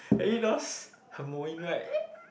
Harry lost Hermoine right